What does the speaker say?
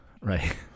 right